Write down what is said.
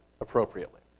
appropriately